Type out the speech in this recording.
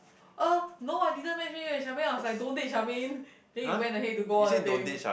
ah no I didn't match make you with Charmaine I was like don't date Charmaine then you went ahead to go on a date with